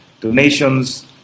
donations